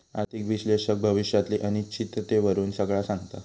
आर्थिक विश्लेषक भविष्यातली अनिश्चिततेवरून सगळा सांगता